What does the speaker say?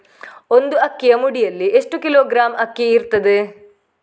ಒಂದು ಅಕ್ಕಿಯ ಮುಡಿಯಲ್ಲಿ ಎಷ್ಟು ಕಿಲೋಗ್ರಾಂ ಅಕ್ಕಿ ಇರ್ತದೆ?